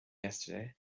yesterday